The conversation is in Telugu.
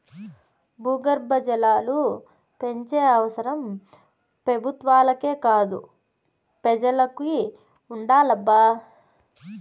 భూగర్భ జలాలు పెంచే అవసరం పెబుత్వాలకే కాదు పెజలకి ఉండాలబ్బా